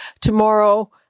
tomorrow